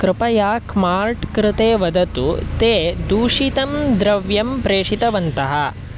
कृपया क्मार्ट् कृते वदतु ते दूषितं द्रव्यं प्रेषितवन्तः